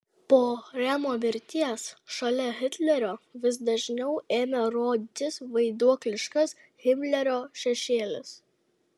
po remo mirties šalia hitlerio vis dažniau ėmė rodytis vaiduokliškas himlerio šešėlis